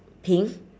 pink